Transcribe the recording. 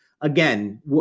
again